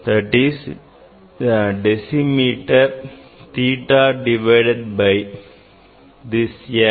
that is the decimeter theta divide by this l divide by 10